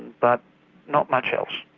but not much else.